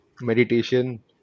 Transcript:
meditation